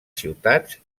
ciutats